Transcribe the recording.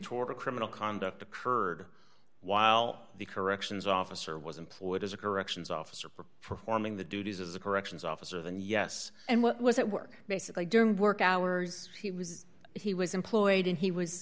toward a criminal conduct occurred while the corrections officer was employed as a corrections officer performing the duties as a corrections officer of and yes and what was at work basically during work hours he was he was employed and he was